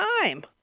time